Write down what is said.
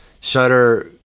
shutter